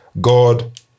God